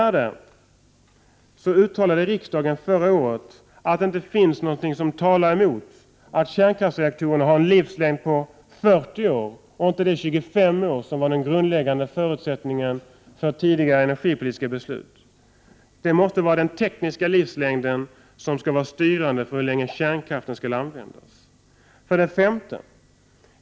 Riksdagen uttalade förra året att det inte finns någonting som talar emot att kärnkraftsreaktorerna har en livslängd på 40 år, och inte 25 år, vilket var den grundläggande förutsättningen för tidigare energipolitiska beslut. Det måste vara den tekniska livslängden som skall vara styrande för hur länge kärnkraften skall användas. 5.